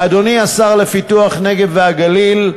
ואדוני השר לפיתוח הפריפריה, הנגב והגליל,